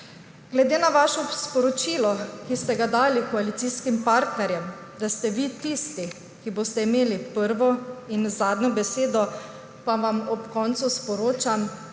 Glede na vaše sporočilo, ki ste ga dali koalicijskim partnerjem – da ste vi tisti, ki boste imeli prvo in zadnjo besedo – pa vam ob koncu sporočam,